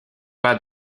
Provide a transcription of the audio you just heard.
pas